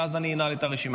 ואז אני אנעל את הרשימה.